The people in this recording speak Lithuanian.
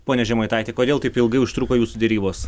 pone žemaitaiti kodėl taip ilgai užtruko jūsų derybos